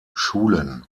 schulen